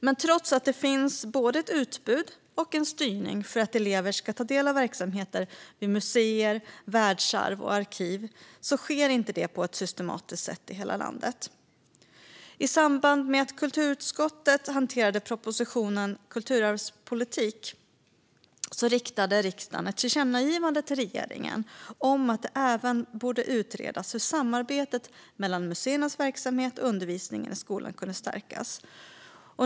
Men trots att det finns både ett utbud och en styrning för att elever ska ta del av verksamheter vid museer, världsarv och arkiv sker det inte på ett systematiskt sätt i hela landet. I samband med att kulturutskottet hanterade propositionen Kulturarvspolitik riktade riksdagen ett tillkännagivande till regeringen om att det även borde utredas hur samarbetet mellan museernas verksamhet och undervisningen i skolan kunde stärkas.